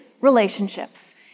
relationships